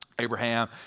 Abraham